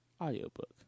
audiobook